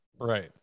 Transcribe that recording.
Right